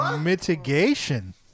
Mitigation